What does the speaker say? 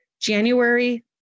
January